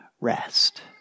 rest